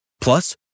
Plus